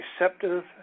receptive